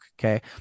okay